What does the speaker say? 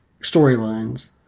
storylines